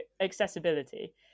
accessibility